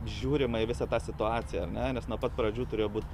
žiūrima į visą tą situaciją ar ne nes nuo pat pradžių turėjo būt